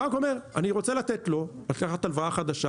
הבנק אומר אני רוצה לתת לו לקחת הלוואה חדשה